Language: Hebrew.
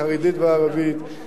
החרדית והערבית,